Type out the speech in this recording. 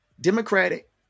Democratic